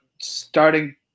starting –